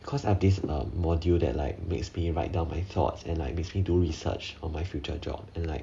because of this module that like makes me write down my thoughts and like basically do research on my future job and like